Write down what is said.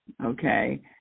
Okay